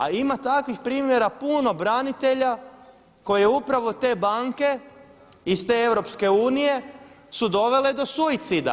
A ima takvih primjera puno branitelja koje upravo te banke iz te EU su dovele do suicida.